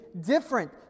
different